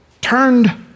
turned